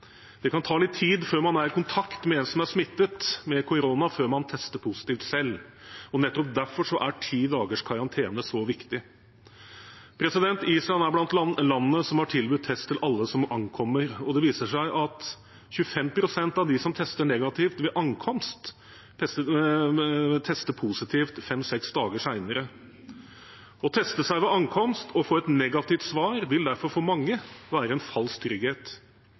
det kan ta litt tid fra man er i kontakt med en som er smittet av korona, før man tester positivt selv, og nettopp derfor er ti dagers karantene så viktig. Island er blant landene som har tilbudt test til alle som ankommer, og det viser seg at 25 pst. av dem som tester negativt ved ankomst, tester positivt fem-seks dager senere. Å teste seg ved ankomst og få et negativt svar vil derfor for mange være en falsk trygghet.